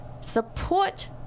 support